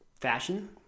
fashion